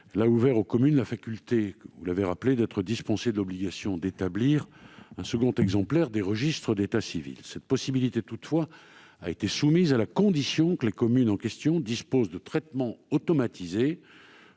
qui a ouvert aux communes la faculté d'être dispensées de l'obligation d'établir un second exemplaire des registres d'état civil. Cette possibilité a toutefois été soumise à la condition que les communes en question disposent d'un traitement automatisé